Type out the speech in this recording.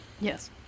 Yes